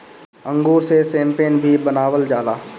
अंगूर से शैम्पेन भी बनावल जाला